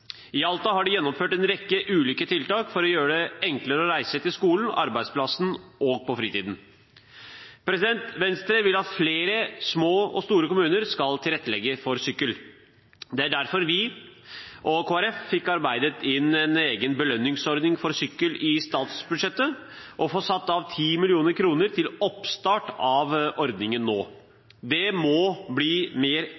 I Alta har de gjennomført en rekke ulike tiltak for å gjøre det enklere å reise til skolen og arbeidsplassen og i fritiden. Venstre vil at flere små og store kommuner skal tilrettelegge for sykkel. Det var derfor vi og KrF fikk arbeidet inn en egen belønningsordning for sykkel i statsbudsjettet og har fått satt av 10 mill. kr til oppstart av ordningen